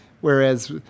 Whereas